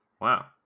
Wow